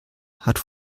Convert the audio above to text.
hat